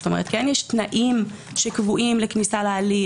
זאת אומרת יש תנאים שקבועים לכניסה להליך,